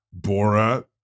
Borat